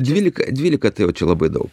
dvylika dvylika tai jau čia labai daug